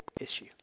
issue